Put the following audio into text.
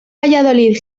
valladolid